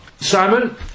Simon